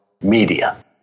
media